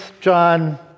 John